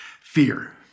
fear